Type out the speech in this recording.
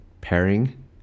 pairing